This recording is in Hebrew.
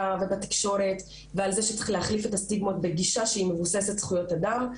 ובתקשורת ועל זה שצריך להחליף את הסטיגמות בגישה שהיא מבוססת זכויות אדם.